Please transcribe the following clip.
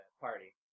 party